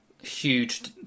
huge